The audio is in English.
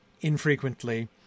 infrequently